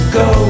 go